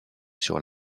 sur